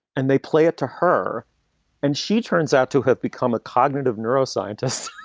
and they play it to her and she turns out to have become a cognitive neuroscientist